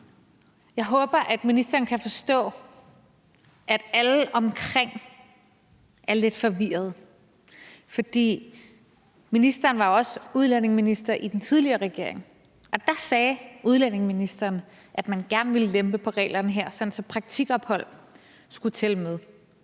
Jeg håber, at ministeren kan forstå, at alle omkring er lidt forvirret. For ministeren var også udlændingeminister i den tidligere regering, og der sagde udlændingeministeren, at man gerne ville lempe på reglerne her, sådan at praktikophold skulle tælle med,